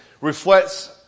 reflects